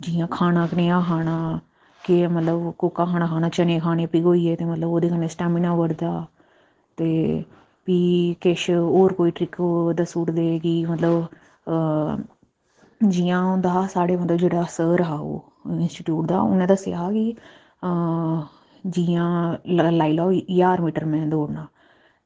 जियां खाना कनेहा खाना केह् मतलब कोह्का खाना खाना चने होइये पीले ते ओह्दे कन्नै स्टैमिना बधदा ते एह् कोई होर किश ट्रिक दस्सी ओड़दी की कोई मतलब ते ओह् होंदा कि जियां मतलब साढ़े उप्पर असर हा ओह् उनें दस्सेआ की ओह् जियां लाई लैओ ज्हार मीटर में दौड़ना